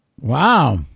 Wow